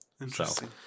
Interesting